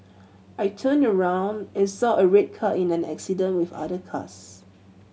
I turned around and saw a red car in an accident with other cars